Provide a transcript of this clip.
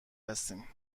هستیم